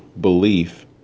belief